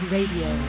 Radio